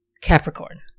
Capricorn